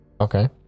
Okay